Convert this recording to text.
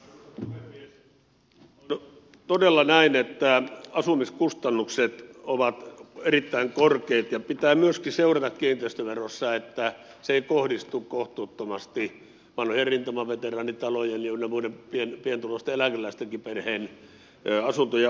on todella näin että asumiskustannukset ovat erittäin korkeat ja pitää myöskin seurata kiinteistöverossa että se ei kohdistu kohtuuttomasti vanhoihin rintamaveteraanitaloihin ynnä muihin pienituloisten eläkeläisten perheiden asuntoihin asuntojen arvojen kautta